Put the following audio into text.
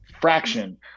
fraction